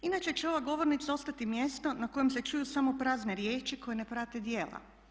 Inače će ova govornica mjesto na kojem se čuju samo prazne riječi koje ne prate djela.